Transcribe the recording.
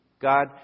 God